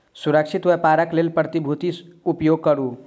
सुरक्षित व्यापारक लेल प्रतिभूतिक उपयोग करू